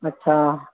ਅੱਛਾ